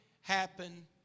happen